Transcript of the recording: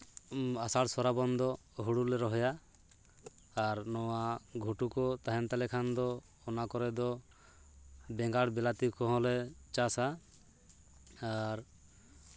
ᱟᱥᱟᱲ ᱥᱨᱟᱵᱚᱱ ᱫᱚ ᱦᱩᱲᱩᱞᱮ ᱨᱚᱦᱚᱭᱟ ᱟᱨ ᱱᱚᱣᱟ ᱜᱷᱩᱴᱩ ᱠᱚ ᱛᱟᱦᱮᱱ ᱛᱟᱞᱮ ᱠᱷᱟᱱ ᱫᱚ ᱚᱱᱟ ᱠᱚᱨᱮᱫᱚ ᱵᱮᱸᱜᱟᱲ ᱵᱤᱞᱟᱹᱛᱤ ᱠᱚᱦᱚᱸᱞᱮ ᱪᱟᱥᱟ ᱟᱨ